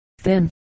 thin